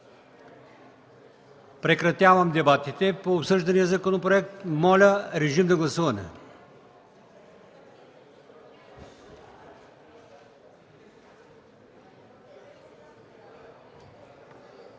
Прекратявам дебатите по обсъждания законопроект. Моля, режим на гласуване.